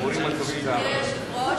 אדוני היושב-ראש,